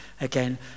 Again